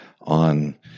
on